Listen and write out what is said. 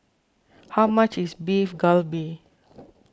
how much is Beef Galbi